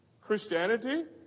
Christianity